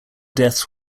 deaths